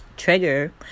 trigger